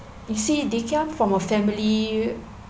you see they come from a family